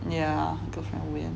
yeah girlfriend weird